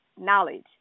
knowledge